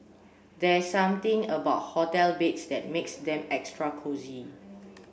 there's something about hotel beds that makes them extra cosy